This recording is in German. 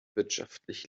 wirtschaftlich